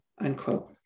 unquote